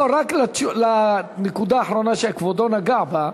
לא, רק לנקודה האחרונה שכבודו נגע בה.